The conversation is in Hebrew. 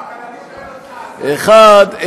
אחד,